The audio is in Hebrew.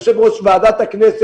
עם יושב ראש ועדת הכנסת,